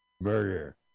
Murder